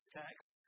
text